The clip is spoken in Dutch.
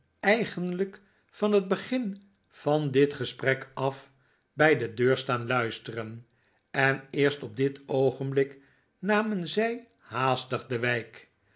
eigenlijk van het begin van dit gesprek af bij de deur staan luisteren en eerst op dit oogenblik namen zij haastig de wijk